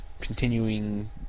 continuing